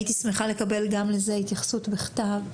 הייתי שמחה לקבל גם לזה התייחסות בכתב,